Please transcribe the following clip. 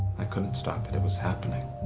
i couldn't stop it. it was happening.